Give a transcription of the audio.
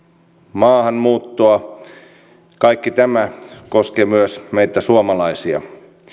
maahanmuuttoa kaikki tämä koskee myös meitä suomalaisia